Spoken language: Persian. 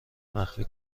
مخفی